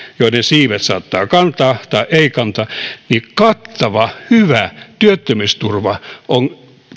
joiden siivet saattavat kantaa tai eivät kanna kattava hyvä työttömyysturva on